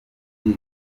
bari